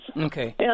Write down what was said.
Okay